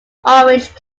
orange